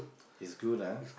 it's good lah